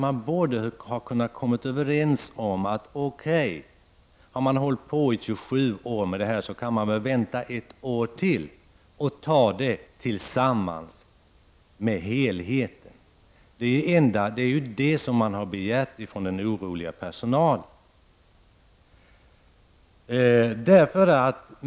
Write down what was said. Man borde kunna komma överens om att om man har hållit på att utreda detta i 27 år så kan man väl vänta ett år till för att ta upp detta i sitt sammanhang. Det har man begärt från den oroliga personalens sida.